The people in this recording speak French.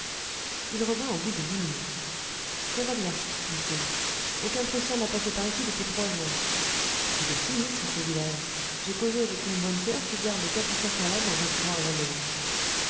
il revint au bout de dix minutes ça va bien dit-il aucun prussien n'a passé par ici depuis trois jours il est sinistre ce village j'ai causé avec une bonne soeur qui garde quatre ou cinq malades dans un couvent abandonné